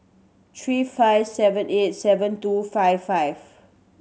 three five seven eight seven two five five